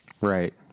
Right